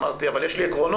אמרתי: אבל יש לי עקרונות.